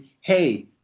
hey